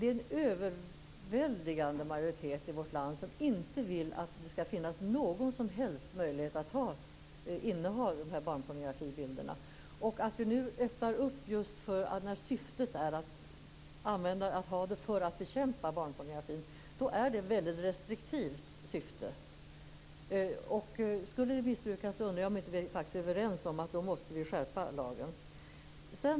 En överväldigande majoritet i vårt land vill inte att det skall finnas någon som helst möjlighet att inneha barnpornografibilder. När syftet är att öppna just för att bekämpa barnpornografin är det väldigt restriktivt. Jag undrar alltså om vi ändå inte faktiskt är överens om att lagen måste skärpas om detta skulle missbrukas.